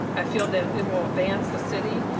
i feel that it will advance the city,